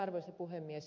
arvoisa puhemies